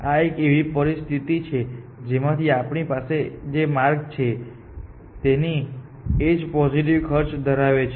આ એક એવી સ્થિતિ છે જેમાંથી આપણી પાસે જે માર્ગ છે તેની એજ પોઝિટિવ ખર્ચ ધરાવે છે